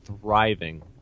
thriving